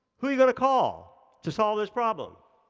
who are you going to call, to solve this problem?